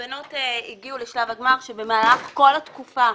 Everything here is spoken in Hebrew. הבנות הגיעו לשלב הגמר כאשר במהלך כל התקופה,